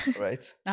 Right